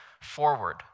forward